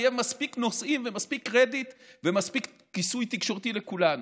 יהיו מספיק נושאים ומספיק קרדיט ומספיק כיסוי תקשורתי לכולנו.